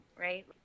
right